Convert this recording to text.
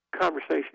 conversation